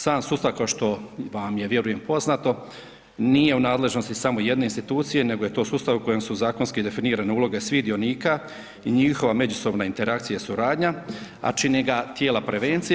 Sam sustav kao što vam je vjerujem poznato nije u nadležnosti samo jedne institucije, nego je to sustav u kojem su zakonski definirane uloge svih dionika i njihova međusobna interakcija i suradnja, a čine ga tijela prevencije.